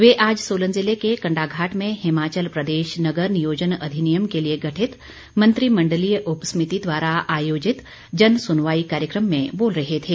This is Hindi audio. वे आज सोलन जिले के कंडाघाट में हिमाचल प्रदेश नगर नियोजन अधिनियम के लिए गठित मंत्रिमण्डलीय उप समिति द्वारा आयोजित जनसुनवाई कार्यक्रम में बोल रहे थे